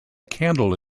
candle